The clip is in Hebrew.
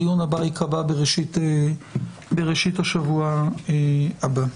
הדיון הבא ייקבע בראשית השבוע הבא.